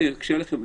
אקשה עליכם,